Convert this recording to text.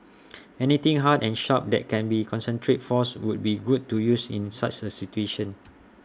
anything hard and sharp that can concentrate force would be good to use in such A situation